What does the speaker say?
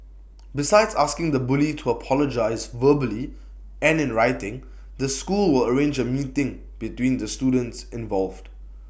besides asking the bully to apologise verbally and in writing the school will arrange A meeting between the students involved